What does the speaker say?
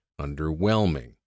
underwhelming